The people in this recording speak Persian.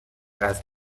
اسب